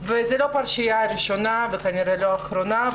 וזו לא פרשיה ראשונה וכנראה לא אחרונה,